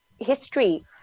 history